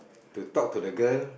to talk to the girl